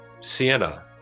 Sienna